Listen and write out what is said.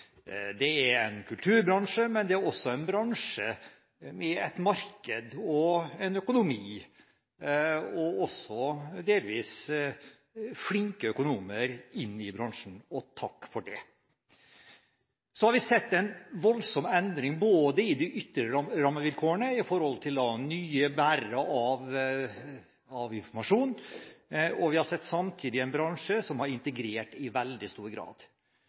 Det er en kulturbransje, men det er også en bransje med et marked og en økonomi og også til dels flinke økonomer. Og takk for det. Så har vi sett en voldsom endring i de ytre rammevilkår i forhold til nye bærere av informasjon, og vi har samtidig sett en bransje som i veldig stor grad